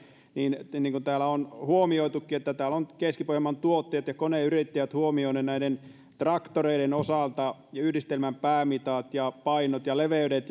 niin niin kuin täällä on huomioitukin tässä ovat keski pohjanmaan tuottajat ja koneyrittäjät huomioineet traktoreiden osalta yhdistelmän päämitat painot ja leveydet